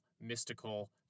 mystical